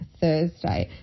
Thursday